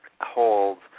Holds